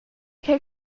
che